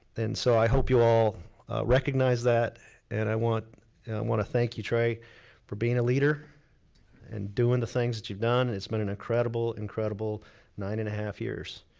and so i hope you all recognize that and i wanna thank you trey for being a leader and doing the things that you've done. it's been an incredible, incredible nine and a half years.